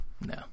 No